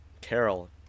Carol